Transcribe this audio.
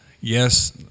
yes